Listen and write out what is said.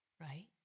right